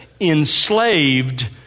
enslaved